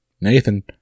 Nathan